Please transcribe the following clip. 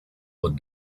what